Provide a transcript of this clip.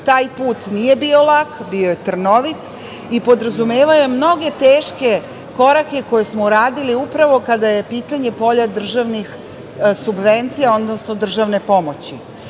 Taj put nije bio lak, bio je trnovit i podrazumevao je mnoge teške korake koje smo uradili upravo kada je pitanje polja državnih subvencija, odnosno državne pomoći.Zašto